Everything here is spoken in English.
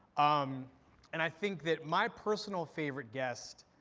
um and i think that my personal favorite guest,